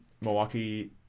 Milwaukee